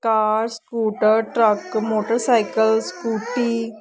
car scooter truck motorcycle scooty